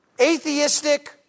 atheistic